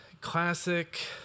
classic